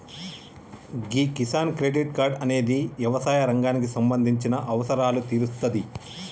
గీ Kisan credit card అనేది యవసాయ రంగానికి సంబంధించిన అవసరాలు తీరుత్తాది